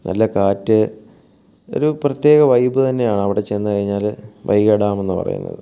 നല്ല കാറ്റ് ഒരു പ്രത്യേക വൈബ് തന്നെയാണ് അവിടെ ചെന്ന് കഴിഞ്ഞാൽ വൈഗ ഡാമെന്നു പറയുന്നത്